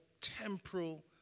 temporal